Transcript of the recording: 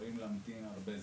המבוגרים להמתין הרבה זמן.